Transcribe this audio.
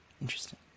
Interesting